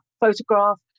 photograph